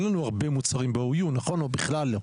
אין לנו הרבה מוצרים ב-OU, או בכלל לא?